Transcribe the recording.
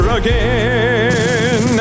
again